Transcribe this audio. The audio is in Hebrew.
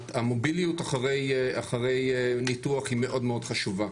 המוביליות אחרי ניתוח היא מאוד חשובה.